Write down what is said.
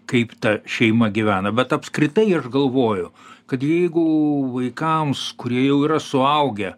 kaip ta šeima gyvena bet apskritai aš galvoju kad jeigu vaikams kurie jau yra suaugę